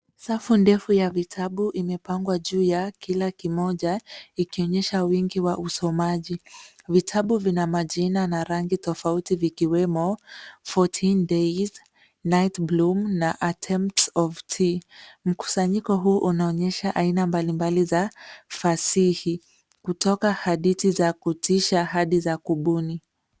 Safu ndefu ya vitabu imepangwa juu ya kila kimoja ikionyesha wingi wa usomaji, vitabu vina majina na rangi tofauti vikiwemo Fourteen Days, Nightbloom na A Tempest of Tea . Mkusanyiko hii inaonyesha mbalimbali za fasihi kutoka hadithi za kutisha hadi za kubuni.